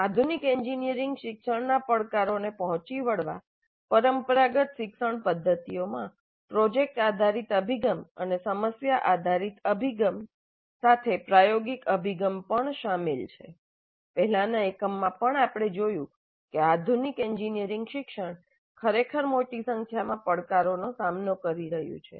આધુનિક એન્જિનિયરિંગ શિક્ષણના પડકારોને પહોંચી વળવા પરંપરાગત શિક્ષણ પદ્ધતિઓમાં પ્રોજેક્ટ આધારિત અભિગમ અને સમસ્યા આધારિત અભિગમ જેની વિશે આપણે અગાઉના બે એકમોમાં ચર્ચા કરી છે સાથે પ્રાયોગિક અભિગમ પણ શામેલ છે પહેલાના એકમમાં પણ આપણે જોયું કે આધુનિક એન્જિનિયરિંગ શિક્ષણ ખરેખર મોટી સંખ્યામાં પડકારોનો સામનો કરી રહ્યું છે